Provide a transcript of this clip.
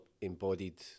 embodied